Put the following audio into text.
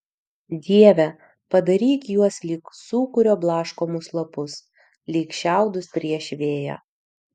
dieve padaryk juos lyg sūkurio blaškomus lapus lyg šiaudus prieš vėją